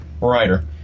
writer